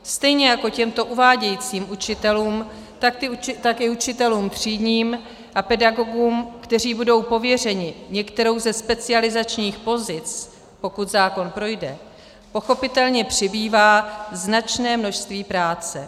Stejně jako těmto uvádějícím učitelům, také učitelům třídním a pedagogům, kteří budou pověřeni některou ze specializačních pozic, pokud zákon projde, pochopitelně přibývá značné množství práce.